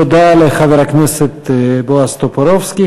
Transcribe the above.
תודה לחבר הכנסת בועז טופורובסקי.